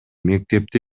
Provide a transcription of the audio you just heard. мектепти